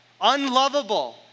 unlovable